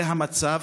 זה המצב.